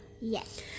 yes